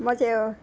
म त्यो